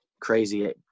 crazy